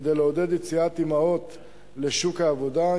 כדי לעודד יציאת אמהות לשוק העבודה,